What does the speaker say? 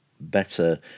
better